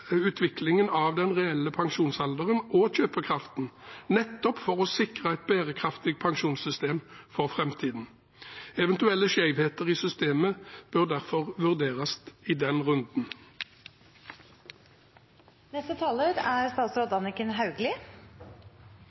utviklingen av den reelle pensjonsalderen og kjøpekraften vurderes, nettopp for å sikre et bærekraftig pensjonssystem for framtiden. Eventuelle skjevheter i systemet bør derfor vurderes i den runden. Dagens offentlige tjenestepensjon er